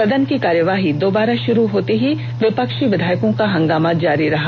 सदन की कार्यवाही दबारा शरू होने पर भी विपक्षी विधायकों का हंगामा जारी रहा